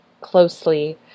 closely